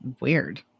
weird